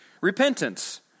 Repentance